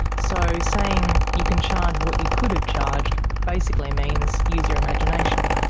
so saying you can charge what you could have charged basically means use your imagination.